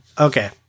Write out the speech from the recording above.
Okay